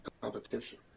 competition